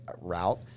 route